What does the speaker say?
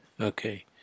Okay